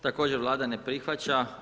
Također Vlada ne prihvaća.